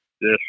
Yes